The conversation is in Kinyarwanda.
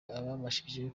ababashije